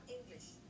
English